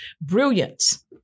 brilliance